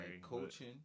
coaching